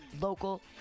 local